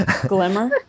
Glimmer